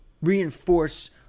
reinforce